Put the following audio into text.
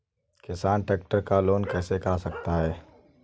किसान ट्रैक्टर का लोन कैसे करा सकता है?